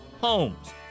homes